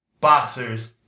boxers